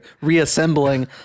reassembling